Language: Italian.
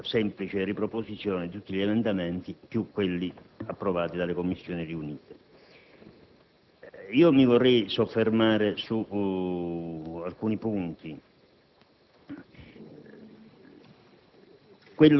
che fosse la semplice riproposizione di tutti gli emendamenti, più quelli approvati dalle Commissioni riunite. Mi vorrei soffermare su alcuni punti.